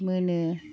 मोनो